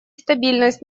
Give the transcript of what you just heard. стабильность